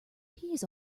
peas